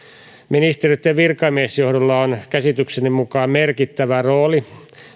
ministeriöitten virkamiesjohdolla on käsitykseni mukaan merkittävä rooli